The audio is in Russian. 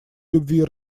любви